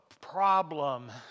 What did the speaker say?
problem